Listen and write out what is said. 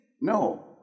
No